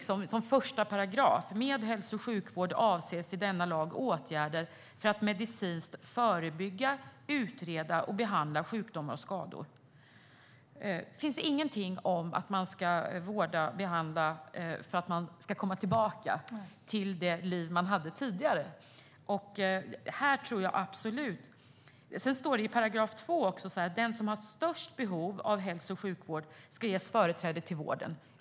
Som första paragraf står: Med hälso och sjukvård avses i denna lag åtgärder för att medicinskt förebygga, utreda och behandla sjukdomar och skador. Det finns ingenting om att man ska vårda och behandla för att människor ska komma tillbaka till det liv de hade tidigare. I den andra paragrafen står: Den som har störst behov av hälso och sjukvård ska ges företräde till vården.